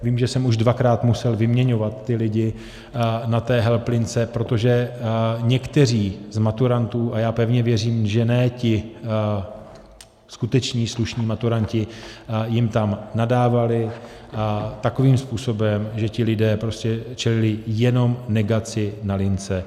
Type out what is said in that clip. Vím, že jsem už dvakrát musel vyměňovat lidi na té help lince, protože někteří z maturantů a já pevně věřím, že ne ti skuteční, slušní maturanti jim tam nadávali, a takovým způsobem, že ti lidé prostě čelili jenom negaci na lince.